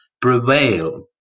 prevail